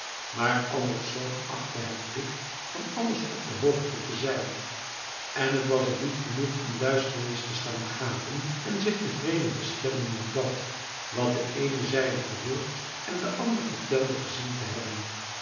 maar allertsz achtte het plicht van alles op de hoogte te zijn en het was hem niet genoeg in de duisternis te staan gapen en zich tevreden te stellen met dat wat de een zeide gehoord en de ander vertelde gezien te hebben